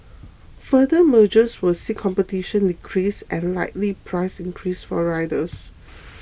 further mergers will see competition decrease and likely price increases for riders